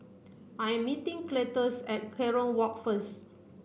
I'm meeting Cletus at Kerong Walk first